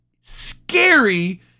scary